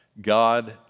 God